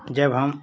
जब हम